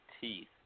teeth